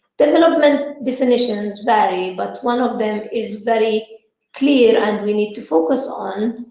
development definitions vary, but one of them is very clear and we need to focus on,